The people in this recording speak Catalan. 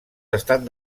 estan